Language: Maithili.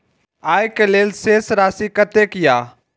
आय के लेल शेष राशि कतेक या?